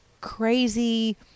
crazy